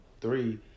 three